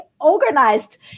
organized